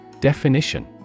Definition